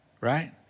right